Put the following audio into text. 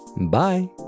Bye